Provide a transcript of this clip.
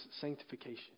sanctification